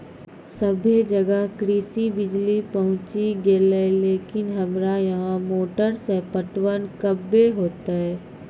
सबे जगह कृषि बिज़ली पहुंची गेलै लेकिन हमरा यहाँ मोटर से पटवन कबे होतय?